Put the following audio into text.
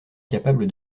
capable